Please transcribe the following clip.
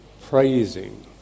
praising